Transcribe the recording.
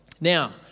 Now